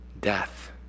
death